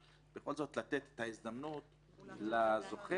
בכל זאת לתת הזדמנות לזוכה.